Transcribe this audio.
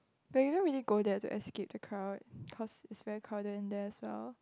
but you don't really go there to escape the crowd cause it's very crowded in there as well